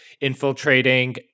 infiltrating